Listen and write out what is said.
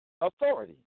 authority